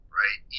right